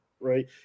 right